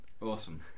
Awesome